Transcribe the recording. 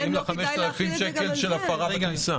זהים ל-5,000 שקלים של הפרה בכניסה?